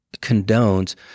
condones